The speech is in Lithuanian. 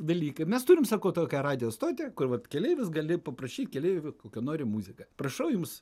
dalykai mes turim sako tokią radijo stotį kur vat keleivis gali paprašyt keleivių kokią nori muziką prašau jums